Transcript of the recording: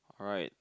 alright